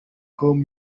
com